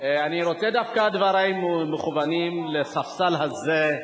דברי מכוונים לספסל הזה,